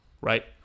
Right